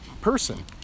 person